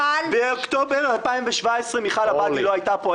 באוקטובר 2017 מיכל עבאדי לא הייתה פה,